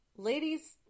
Ladies